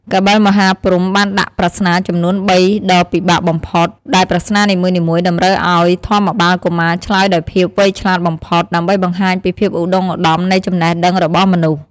កបិលមហាព្រហ្មបានដាក់ប្រស្នាចំនួនបីដ៏ពិបាកបំផុត ដែលប្រស្នានីមួយៗតម្រូវឲ្យធម្មបាលកុមារឆ្លើយដោយភាពវៃឆ្លាតបំផុត ដើម្បីបង្ហាញពីភាពឧត្តុង្គឧត្តមនៃចំណេះដឹងរបស់មនុស្ស។